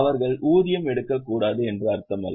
அவர்கள் ஊதியம் எடுக்கக்கூடாது என்று அர்த்தமல்ல